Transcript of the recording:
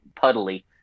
puddly